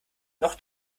noch